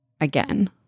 again